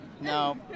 No